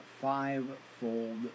fivefold